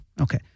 Okay